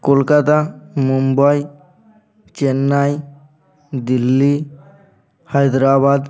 Kolkata Mumbai Chennai Delhi Hyderabad